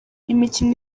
imikino